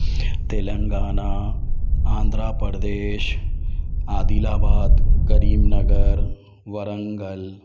Telangana Andhra Pradesh Adilabad Karimnagar Warangal